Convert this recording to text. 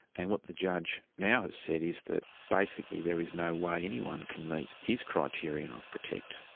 and what the judge now has said is that basically there is no way anyone can meet his criterion of protect,